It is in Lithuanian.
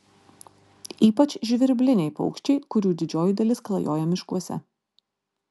ypač žvirbliniai paukščiai kurių didžioji dalis klajoja miškuose